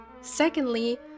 Secondly